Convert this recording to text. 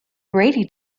brady